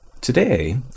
Today